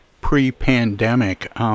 pre-pandemic